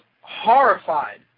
horrified